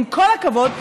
עם כל הכבוד,